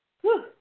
Whew